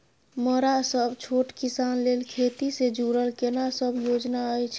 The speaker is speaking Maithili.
मरा सब छोट किसान लेल खेती से जुरल केना सब योजना अछि?